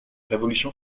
révolution